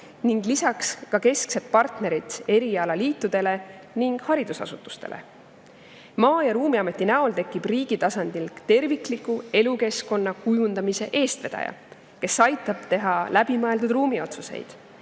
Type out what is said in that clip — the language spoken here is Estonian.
ning lisaks keskset partnerit erialaliitudele ning haridusasutustele. Maa‑ ja Ruumiameti näol tekib riigi tasandil tervikliku elukeskkonna kujundamise eestvedaja, kes aitab teha läbimõeldud ruumiotsuseid.